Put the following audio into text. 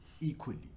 equally